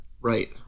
Right